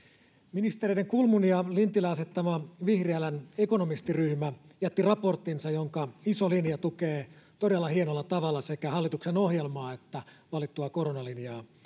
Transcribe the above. ministereiden kulmuni ja lintilä asettama vihriälän ekonomistiryhmä jätti raporttinsa jonka iso linja tukee todella hienolla tavalla sekä hallituksen ohjelmaa että valittua koronalinjaa